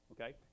okay